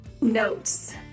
notes